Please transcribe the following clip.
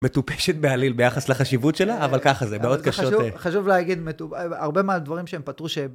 מטופשת בעליל ביחס לחשיבות שלה, אבל ככה זה, מאוד קשות. חשוב להגיד, הרבה מהדברים שהם פתרו שהם...